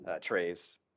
trays